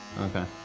Okay